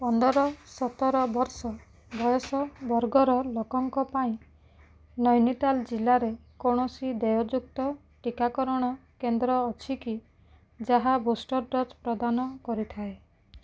ପନ୍ଦର ସତର ବର୍ଷ ବୟସ ବର୍ଗର ଲୋକଙ୍କ ପାଇଁ ନୈନିତାଲ ଜିଲ୍ଲାରେ କୌଣସି ଦେୟଯୁକ୍ତ ଟିକାକରଣ କେନ୍ଦ୍ର ଅଛି କି ଯାହା ବୁଷ୍ଟର ଡୋଜ୍ ପ୍ରଦାନ କରିଥାଏ